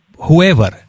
whoever